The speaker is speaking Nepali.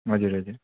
हजुर हजुर